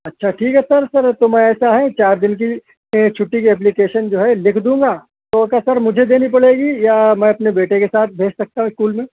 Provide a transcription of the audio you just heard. اچھا ٹھیک ہے سر سر تو میں ایسا ہے چار دن کی چھٹی کی اپلیکیشن جو ہے لکھ دوں گا اوکے سر مجھے دینی پڑے گی یا میں اپنے بیٹے کے ساتھ بھیج سکتا ہوں اسکول میں